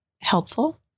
helpful